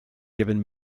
given